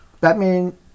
Batman